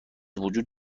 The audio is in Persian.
وجود